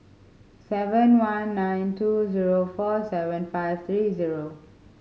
seven one nine two zero four seven five three zero